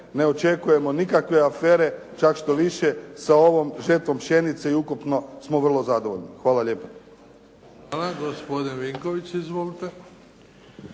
ne očekujemo nikakve afere, čak štoviše sa ovom žetvom pšenice i ukupno smo vrlo zadovoljni. Hvala lijepa. **Bebić, Luka (HDZ)** Hvala.